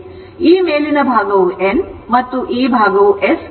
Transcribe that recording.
ಈ ಮೇಲಿನ ಭಾಗವು N ಮತ್ತು ಈ ಭಾಗವು S ಆಗಿದೆ